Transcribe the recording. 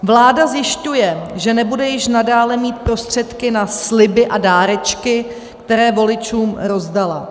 Vláda zjišťuje, že nebude již nadále mít prostředky na sliby a dárečky, které voličům rozdala.